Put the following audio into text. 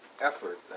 effort